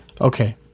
Okay